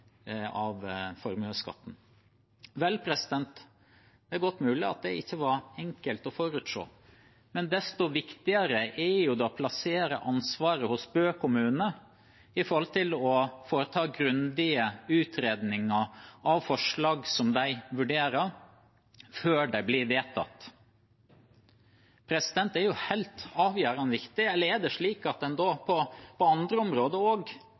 av formuesskatten. Det er godt mulig at det ikke var enkelt å forutse, men desto viktigere er det da å plassere ansvaret hos Bø kommune når det gjelder å foreta grundige utredninger av forslag de vurderer, før de blir vedtatt. Det er jo helt avgjørende viktig. Eller er det slik at en også på andre områder